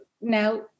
now